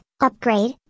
upgrade